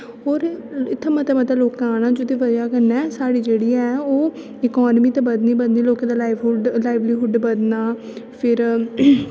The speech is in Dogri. इत्थे मते मते लोक आने जेहदी बजह कन्नै साढ़ी जेहड़ी ऐ ओह् इकाॅनमी ते बधनी गे बधनी लोकें दा लाइवलीहूड बधना फिर